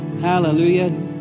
Hallelujah